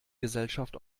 gesellschaft